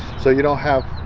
so you don't have